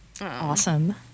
awesome